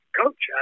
coach